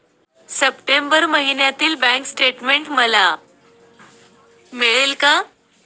September महिन्यातील bank statement मला मिळेल का?